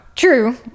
True